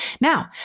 Now